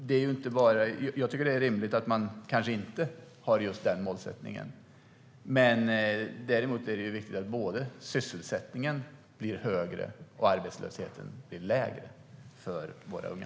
Jag tycker att det är rimligt att kanske inte ha just den målsättningen. Däremot är det viktigt både att sysselsättningen blir högre och att arbetslösheten blir lägre för våra unga.